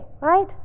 Right